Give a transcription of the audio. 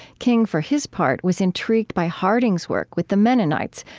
king, for his part, was intrigued by harding's work with the mennonites,